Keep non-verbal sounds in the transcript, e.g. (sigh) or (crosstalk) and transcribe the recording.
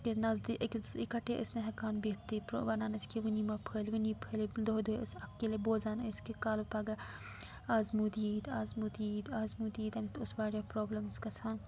(unintelligible) نَزدیک أکِس اِکَٹھے ٲسۍ نہٕ ہٮ۪کان بِہتٕے (unintelligible) وَنان ٲسۍ کہِ وٕنی مہ پھٲلہِ وٕنی پھٲلہِ دۄہے دۄہے ٲسۍ اکھ ییٚلہِ بوزان ٲسۍ کہِ کالہٕ پگاہ آز موٗدۍ ییٖتۍ آز موٗدۍ ییٖتۍ آز موٗدۍ ییٖتۍ تَمہِ سۭتۍ اوس واریاہ پرٛابلِمٕز گژھان